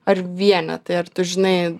ar vienetai ar tu žinai